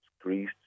Greece